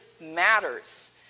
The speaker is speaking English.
matters